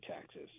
taxes